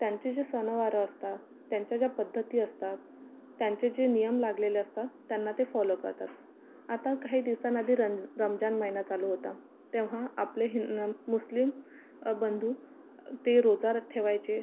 त्यांचे जे सणवारं असतात त्यांच्या ज्या पद्धती असतात त्यांचे जे नियम लागलेले असतात त्यांना ते फॉलो करतात आता काही दिवसांआधी रम रमजान महिना चालू होता तेव्हा आपले हिं मुस्लीम बंधू ते रोजा र ठेवायचे